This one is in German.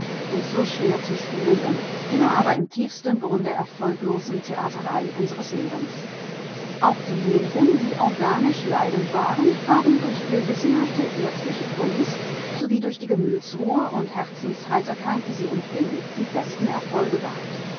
und so schwer zu spielenden immer aber im tiefsten grunde erfolglosen theaterei unseres lebens auch diejenigen die organisch leidend waren haben durch gewissenhafte ärztliche kunst sowie durch die gemütsruhe und herzensheiterkeit die sie umfing die besten erfolge gehabt